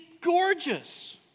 gorgeous